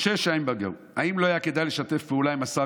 משה שיינברגר: האם לא היה כדאי לשתף פעולה עם השר